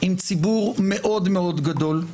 עם ציבור מאוד מאוד גדול,